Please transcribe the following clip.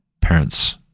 parents